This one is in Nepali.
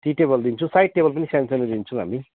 टी टेबल दिन्छु साइड टेबल पनि सानसानो दिन्छु हामी